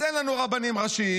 אז אין לנו רבנים ראשיים,